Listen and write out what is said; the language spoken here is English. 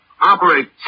operate